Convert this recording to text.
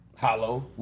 hollow